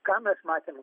ką mes matėm